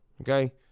okay